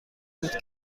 بود